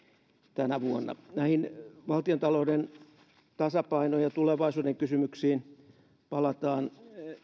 tänä vuonna näihin valtiontalouden tasapainon ja tulevaisuuden kysymyksiin palataan